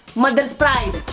mother's pride.